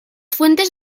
fuentes